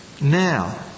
now